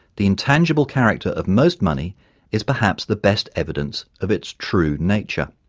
the intangible character of most money is perhaps the best evidence of its true nature.